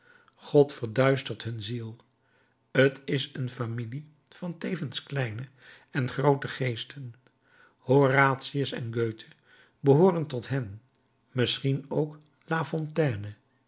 god verduistert hun ziel t is een familie van tevens kleine en groote geesten horatius en goethe behoorden tot hen misschien ook lafontaine